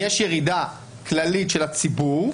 יש ירידה כללית של הציבור,